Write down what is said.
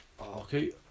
Okay